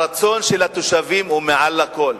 הרצון של התושבים מעל לכול.